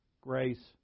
grace